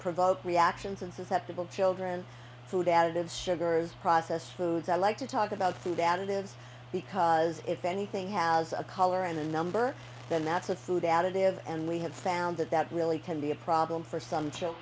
provoke reactions and susceptible to children food additives sugars processed foods i like to talk about food additives because if anything has a color and a number then that's a food additive and we have found that that really can be a problem for some